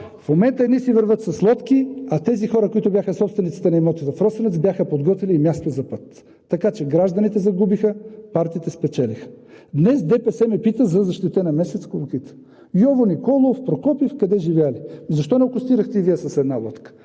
В момента едни си вървят с лодки, а тези хора, които бяха собствениците на имоти в Росенец, бяха подготвили и място за път. Така че гражданите загубиха, партиите спечелиха. Днес ДПС ме пита за защитена местност „Колокита“: Йово Николов, Прокопиев къде живеели? Защо не акостирахте и Вие с една лодка?